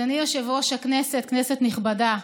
אדוני יושב-ראש הכנסת, כנסת נכבדה,